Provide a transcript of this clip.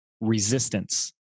resistance